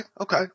okay